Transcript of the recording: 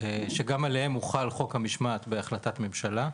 שגם עליהם הוחל חוק המשמעת בהחלטת הממשלה.